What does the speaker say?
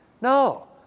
No